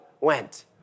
went